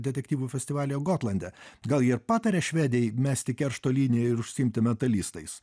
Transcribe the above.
detektyvų festivalyje gotlande gal ji ir patarė švedei mesti keršto liniją ir užsiimti mentalistais